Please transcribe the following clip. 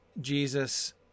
Jesus